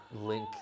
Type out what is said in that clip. link